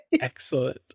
Excellent